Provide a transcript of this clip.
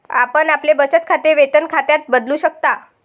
आपण आपले बचत खाते वेतन खात्यात बदलू शकता